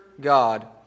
God